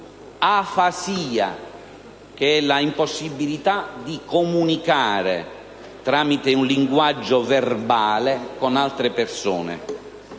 afasia, che è l'impossibilità di comunicare tramite il linguaggio verbale con altre persone;